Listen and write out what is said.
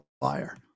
buyer